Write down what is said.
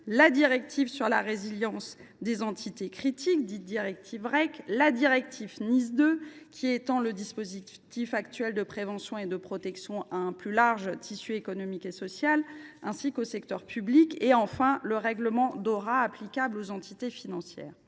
la directive sur la résilience des entités critiques, la directive NIS 2, qui étend le dispositif actuel de prévention et de protection à un plus large tissu économique et social ainsi qu’au secteur public, et le règlement Dora, applicable aux entités financières.